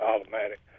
automatic